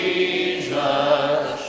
Jesus